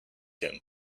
him